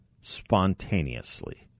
spontaneously